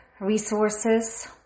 resources